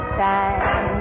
time